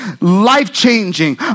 life-changing